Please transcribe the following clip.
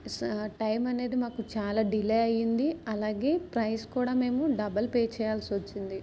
స టైం అనేది మాకు చాలా డిలే అయింది అలాగే ప్రైస్ కూడా మేము డబల్ పే చేయాల్సి వచ్చింది